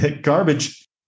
garbage